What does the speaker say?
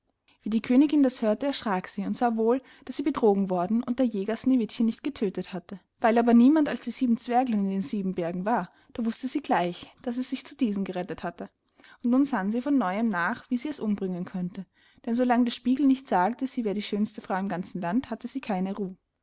wie die königin das hörte erschrack sie und sah wohl daß sie betrogen worden und der jäger sneewittchen nicht getödtet hatte weil aber niemand als die sieben zwerglein in den sieben bergen war da wußte sie gleich daß es sich zu diesen gerettet hatte und nun sann sie von neuem nach wie sie es umbringen könnte denn so lang der spiegel nicht sagte sie wär die schönste frau im ganzen land hatte sie keine ruh